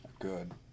Good